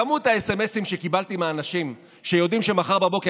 כמות הסמ"סים שקיבלתי מאנשים שיודעים שמחר בבוקר